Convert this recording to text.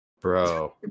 bro